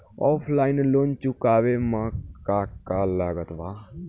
Offline loan चुकावे म का का लागत बा?